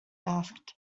asked